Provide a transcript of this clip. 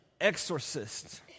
exorcists